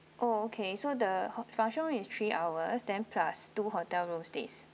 oh okay so the hotel function room is three hours then plus two hotel room stays